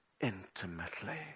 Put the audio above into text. intimately